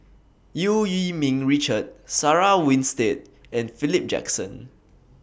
EU Yee Ming Richard Sarah Winstedt and Philip Jackson